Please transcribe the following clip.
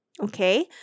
Okay